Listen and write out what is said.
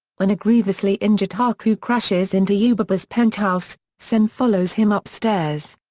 when a grievously-injured haku crashes into yubaba's penthouse, sen follows him upstairs.